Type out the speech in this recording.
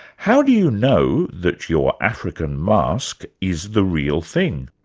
how do you know that your african mask is the real thing?